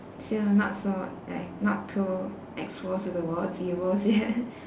so you're not so like not too exposed to the world's evils yet